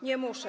Nie muszę.